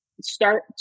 start